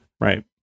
right